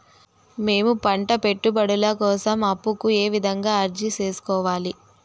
మేము పంట పెట్టుబడుల కోసం అప్పు కు ఏ విధంగా అర్జీ సేసుకోవాలి?